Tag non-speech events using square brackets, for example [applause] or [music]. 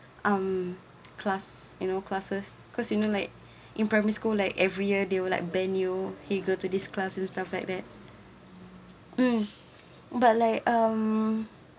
[breath] um class you know classes cause you know like [breath] in primary school like every year they will like venue !hey! go to this class and stuff like that mm but like um